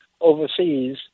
overseas